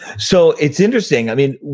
so it's interesting. i mean,